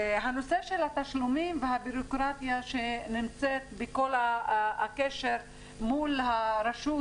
הנושא של התשלומים והבירוקרטיה שנמצאת בכל הקשר מול הרשות